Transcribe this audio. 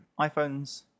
iPhones